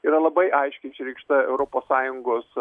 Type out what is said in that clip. yra labai aiškiai išreikšta europos sąjungos